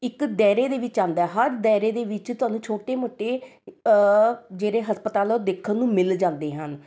ਇੱਕ ਦਾਇਰੇ ਦੇ ਵਿੱਚ ਆਉਂਦਾ ਹਰ ਦਾਇਰੇ ਦੇ ਵਿੱਚ ਤੁਹਾਨੂੰ ਛੋਟੇ ਮੋਟੇ ਜਿਹੜੇ ਹਸਪਤਾਲ ਆ ਉਹ ਦੇਖਣ ਨੂੰ ਮਿਲ ਜਾਂਦੇ ਹਨ